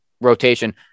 rotation